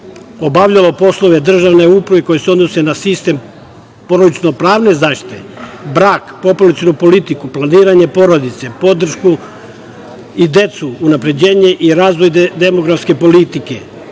obavljalo poslove državne uprave i odnosi se na sistem porodično-pravne zaštite, brak, populacionu politiku, planiranje porodice, podršku i decu, unapređenje i razvoj demografske politike